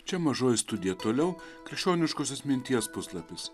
čia mažoji studija toliau krikščioniškosios minties puslapis